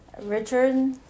Richard